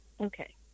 Okay